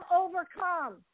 overcome